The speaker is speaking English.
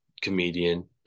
comedian